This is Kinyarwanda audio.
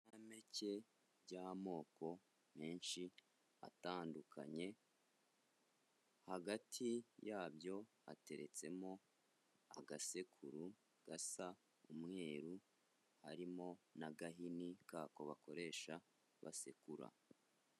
Ibinyampeke by'amoko menshi atandukanye, hagati yabyo hateretsemo agasekuru gasa umweru, harimo n'agahini kako bakoresha basekura.